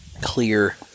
Clear